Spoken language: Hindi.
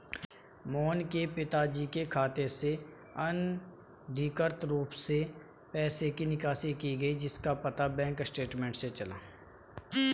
मोहन के पिताजी के खाते से अनधिकृत रूप से पैसे की निकासी की गई जिसका पता बैंक स्टेटमेंट्स से चला